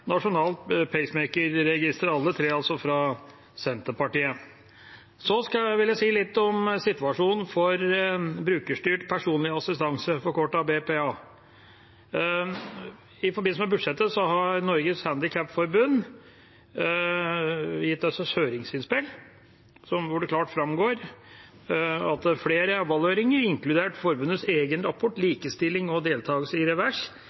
nasjonalt pacemakerregister – alle tre fra Senterpartiet. Jeg vil si litt om situasjonen for brukerstyrt personlig assistanse, forkortet BPA. I forbindelse med budsjettet har Norges Handikapforbund gitt oss et høringsinnspill hvor det klart framgår at flere evalueringer, inkludert forbundets egen rapport – Likestilling og deltakelse i revers?